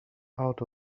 out